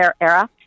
era